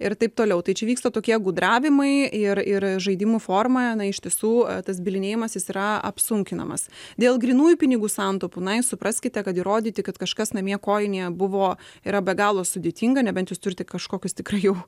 ir taip toliau tai čia vyksta tokie gudravimai ir ir žaidimų forma na iš tiesų tas bylinėjimasis yra apsunkinamas dėl grynųjų pinigų santaupų na jūs supraskite kad įrodyti kad kažkas namie kojinėje buvo yra be galo sudėtinga nebent jūs turite kažkokius tikrai jau